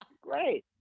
Great